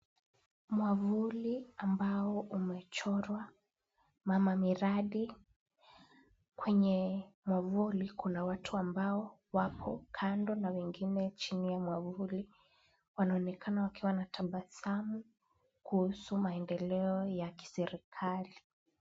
Mwavuli ambao umechorwa mama miradi. Kwenye mwavuli kuna watu ambao wako kando na wengine chini ya mwavuli. Wanaonekana wakiwa na tabasamu kuhusu maendeleo ya kiserikali.